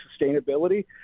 sustainability